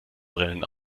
brillen